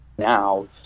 now